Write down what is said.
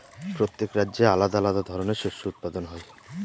প্রত্যেক রাজ্যে আলাদা আলাদা ধরনের শস্য উৎপাদন হয়